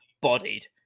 bodied